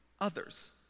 others